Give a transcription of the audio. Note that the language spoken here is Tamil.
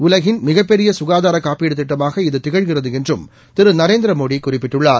உலகின் மிகப்பெரிய சுகாதார காப்பீடு திட்டமாக இது திகழ்கிறது என்றும் திரு நரேந்திரமோடி குறிப்பிட்டுள்ளார்